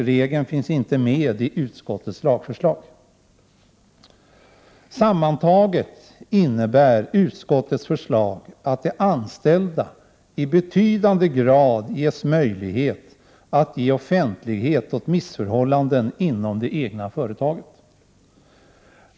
Regeln finns därför inte med i utskottets lagförslag. Sammantaget innebär utskottets förslag att de anställda i betydande grad bereds möjlighet att ge offentlighet åt missförhållanden inom det företag där de är anställda.